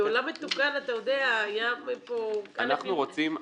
בעולם מתוקן היה פה --- אתה יודע,